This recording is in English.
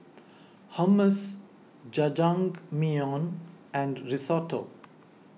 Hummus Jajangmyeon and Risotto